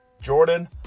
Jordan